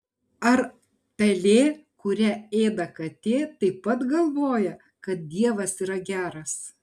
ar pelė kurią ėda katė taip pat galvoja kad dievas yra geras